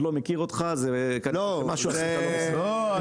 לא מכיר אותך כנראה משהו עשית לא בסדר.